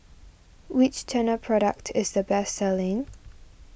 which Tena product is the best selling